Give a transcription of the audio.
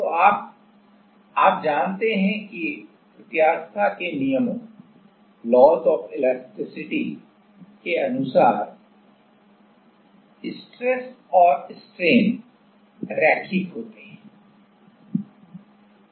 तो अब आप जानते हैं कि प्रत्यास्थता के नियमों के अनुसार स्ट्रेस और स्ट्रेन रैखिक होते हैं